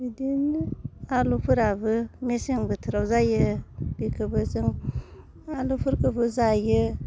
बिदिनो आलुफोराबो मेसें बोथोराव जायो बिखोबो जों आलुफोरखौबो जायो